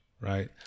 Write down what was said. right